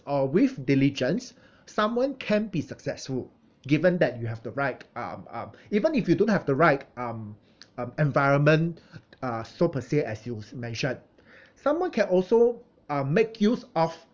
or with diligence someone can be successful given that you have the right um um even if you don't have the right um um environment uh so per se as you've mentioned someone can also um make use of